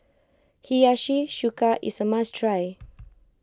Hiyashi Chuka is a must try